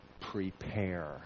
prepare